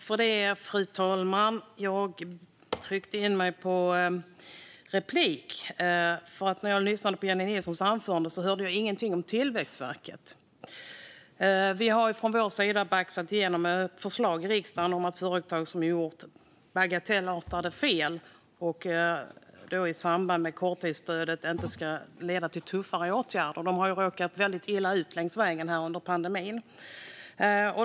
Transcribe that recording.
Fru talman! Jag tryckte för replik, för när jag lyssnade på Jennie Nilssons anförande hörde jag ingenting om Tillväxtverket. Vi har från vår sida baxat igenom förslag i riksdagen om att det inte ska leda till tuffare åtgärder för företag som gjort bagatellartade fel i samband med korttidsstödet. De har råkat väldigt illa ut längs vägen under pandemin.